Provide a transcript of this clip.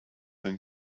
and